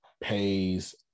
pays